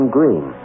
Green